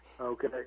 okay